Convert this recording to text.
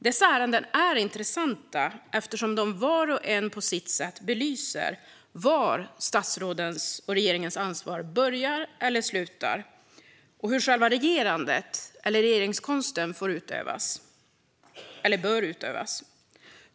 Dessa ärenden är intressanta eftersom de vart och ett på sitt sätt belyser var statsrådens och regeringens ansvar börjar och slutar och hur själva regerandet eller regeringskonsten får eller bör utövas.